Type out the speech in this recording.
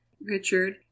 richard